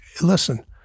listen